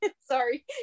sorry